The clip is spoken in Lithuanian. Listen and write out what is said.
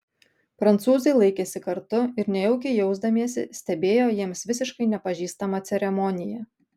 prancūzai laikėsi kartu ir nejaukiai jausdamiesi stebėjo jiems visiškai nepažįstamą ceremoniją